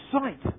sight